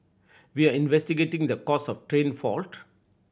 we are investigating the cause of train fault